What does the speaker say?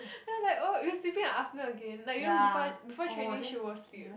then I was like oh you sleeping in the afternoon again like you know before before training she will sleep